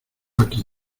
aquí